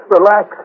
Relax